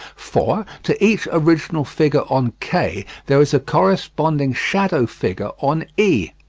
for to each original figure on k there is a corresponding shadow figure on e.